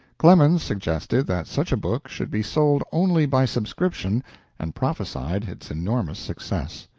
clemens suggested that such a book should be sold only by subscription and prophesied its enormous success.